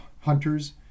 hunters